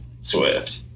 Swift